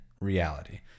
reality